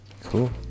Cool